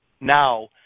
now